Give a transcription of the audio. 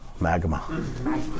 magma